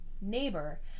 neighbor